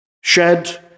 shed